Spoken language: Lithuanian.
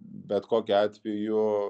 bet kokiu atveju